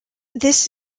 this